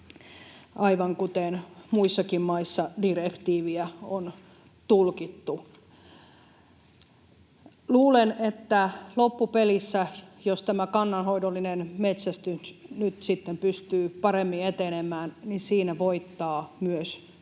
aivan kuten muissakin maissa direktiiviä on tulkittu. Luulen, että loppupelissä, jos tämä kannanhoidollinen metsästys nyt sitten pystyy paremmin etenemään, siinä voittaa myös susi